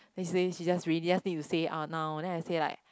next day she just really ask me to say it out now then I say like